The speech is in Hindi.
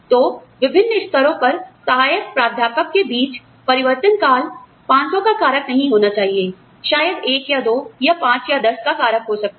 तो विभिन्न स्तरों पर सहायक प्रोफेसर के बीच परिवर्तनकाल 500 का कारक नहीं होना चाहिए शायद 1 या 2 या 5 या 10 का कारक हो सकता है